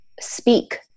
speak